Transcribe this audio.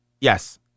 Yes